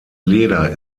leder